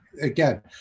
again